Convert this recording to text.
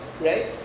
right